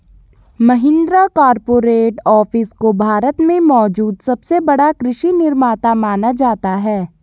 Mahindra corporate office को भारत में मौजूद सबसे बड़ा कृषि निर्माता माना जाता है